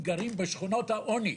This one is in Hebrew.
עניים גרים בשכונות העוני.